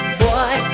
boy